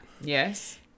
Yes